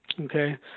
Okay